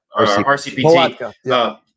RCPT